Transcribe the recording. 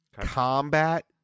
Combat